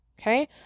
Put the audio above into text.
Okay